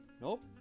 nope